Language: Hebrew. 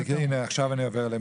עכשיו אני עובר אליהם.